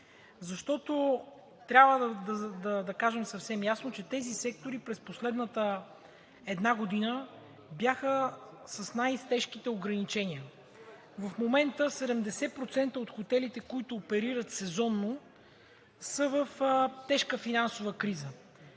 80/20. Трябва да кажем съвсем ясно, че тези сектори през последната една година бяха с най-тежките ограничения. В момента 80% от хотелите, които оперират сезонно, са в тежка финансова криза,